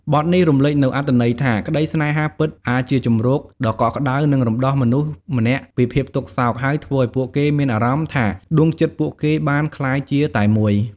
បទនេះរំលេចនូវអត្ថន័យថា ក្តីស្នេហាពិតអាចជាជម្រកដ៏កក់ក្តៅ និងរំដោះមនុស្សម្នាក់ពីភាពទុក្ខសោក ហើយធ្វើឲ្យពួកគេមានអារម្មណ៍ថាដួងចិត្តពួកគេបានក្លាយជាតែមួយ។